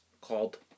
called